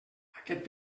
aquest